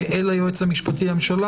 אל היועץ המשפטי לממשלה.